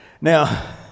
Now